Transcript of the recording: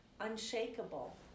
unshakable